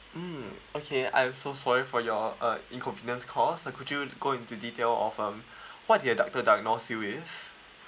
mm okay I am so sorry for your uh inconvenience cause uh could you go into detail of um what did the doctor diagnose you with